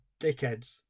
dickheads